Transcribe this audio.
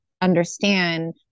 understand